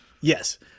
Yes